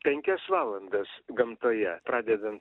penkias valandas gamtoje pradedant